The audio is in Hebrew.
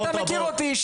וגם אתה מכיר אותי,